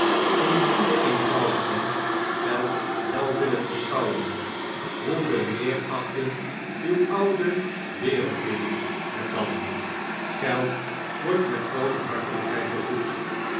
indien de eenvoudigen geld welwillend beschouwen hoe veel meer achten uw oude wereldlingen het dan geld wordt met groote hartelijkheid